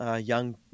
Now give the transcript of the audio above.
young